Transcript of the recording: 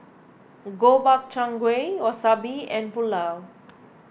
Gobchang Gui Wasabi and Pulao